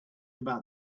about